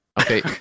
Okay